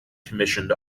commissioned